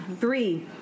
Three